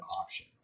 option